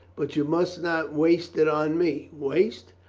but you must not waste it on me. waste?